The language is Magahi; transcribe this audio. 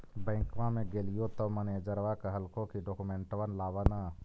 बैंकवा मे गेलिओ तौ मैनेजरवा कहलको कि डोकमेनटवा लाव ने?